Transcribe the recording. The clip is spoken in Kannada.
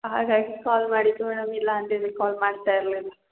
ಹಾಗಾಗಿ ಕಾಲ್ ಮಾಡಿದ್ದು ಮೇಡಮ್ ಇಲ್ಲ ಅಂದಿದ್ರೆ ಕಾಲ್ ಮಾಡ್ತ ಇರಲಿಲ್ಲ